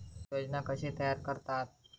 योजना कशे तयार करतात?